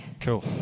Cool